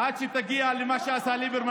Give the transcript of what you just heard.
עד שתגיע למה שהשר ליברמן,